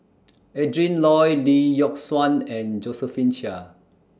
Adrin Loi Lee Yock Suan and Josephine Chia